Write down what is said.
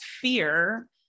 fear